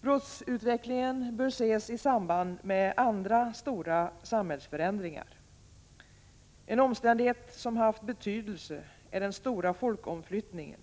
Brottsutvecklingen bör ses i samband med andra stora samhällsförändringar. En omständighet som haft betydelse är den stora folkomflyttningen.